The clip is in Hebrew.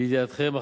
לידיעתכם,